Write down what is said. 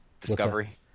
Discovery